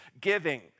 giving